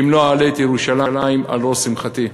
אם לא אעלה את ירושלים על ראש שמחתי".